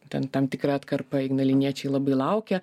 ten tam tikra atkarpa ignaliniečiai labai laukia